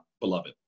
beloved